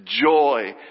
joy